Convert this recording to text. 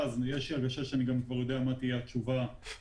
זה שהן בעונשין לא אומר שאנחנו תמיד ננקוט הליך פלילי